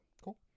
cool